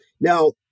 now